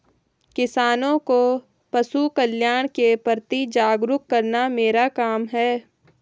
किसानों को पशुकल्याण के प्रति जागरूक करना मेरा काम है